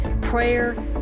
prayer